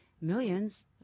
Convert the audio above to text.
millions